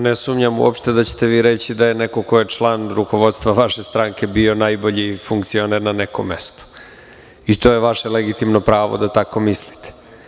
Ne sumnjam da ćete vi reći da je neko ko je član rukovodstva vaše stranke bio najbolji funkcioner na nekom mestu i to je vaše legitimno pravo da tako mislite.